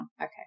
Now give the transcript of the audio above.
Okay